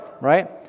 right